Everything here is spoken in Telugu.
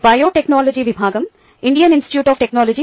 పునఃస్వాగతం